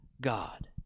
God